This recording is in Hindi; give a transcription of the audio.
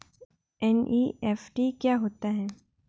एन.ई.एफ.टी क्या होता है?